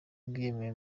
bwiyemeje